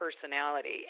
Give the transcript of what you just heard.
personality